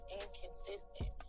inconsistent